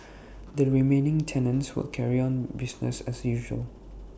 the remaining tenants will carry on business as usual